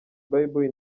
bible